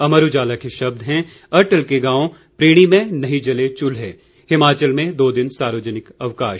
अमर उजाला के शब्द हैं अटल के गांव प्रीणी में नहीं जले चूल्हे हिमाचल में दो दिन सार्वजनिक अवकाश